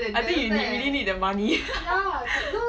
I think you really need the money